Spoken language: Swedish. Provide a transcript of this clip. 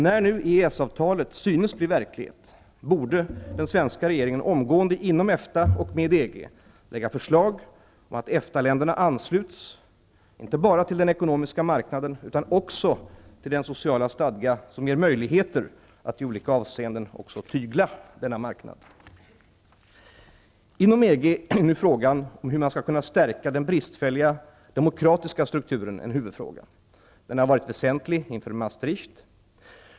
När nu EES-avtalet synes bli verklighet borde den svenska regeringen omgående inom EFTA och med EG lägga förslag om att EFTA-länderna ansluts inte bara till den ekonomiska marknaden utan också till den sociala stadga som ger möjligheter att i olika avseenden även tygla denna marknad. Inom EG är nu spörsmålet om hur man skall kunna stärka den bristfälliga demokratiska strukturen en huvudfråga. Den har varit väsentlig inför Maastricht.